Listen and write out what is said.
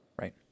Right